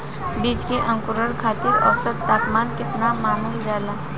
बीज के अंकुरण खातिर औसत तापमान केतना मानल जाला?